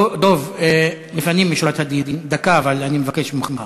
דב, לפנים משורת הדין, אבל דקה, אני מבקש ממך.